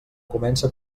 comença